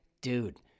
Dude